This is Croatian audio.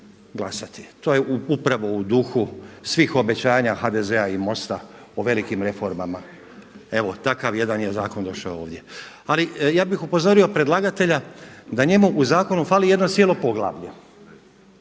To je upravo u duhu svih obećanja HDZ-a i MOST-a o velikim reformama. Evo takav je jedan zakon došao ovdje. Ali ja bih upozorio predlagatelja da njemu u zakonu fali jedno cijelo poglavlje.